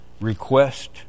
request